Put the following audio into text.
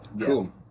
cool